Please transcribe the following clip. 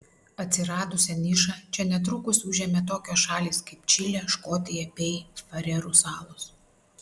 atsiradusią nišą čia netrukus užėmė tokios šalys kaip čilė škotija bei farerų salos